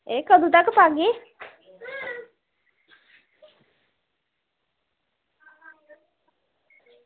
एह् कदूं तगर पागे